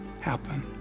happen